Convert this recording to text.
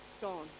gone